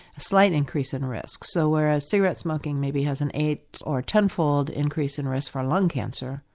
a slight increase in risk so whereas cigarette smoking maybe has an eight or a tenfold increase in risk for lung cancer,